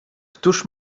któż